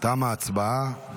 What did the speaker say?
תמה ההצבעה.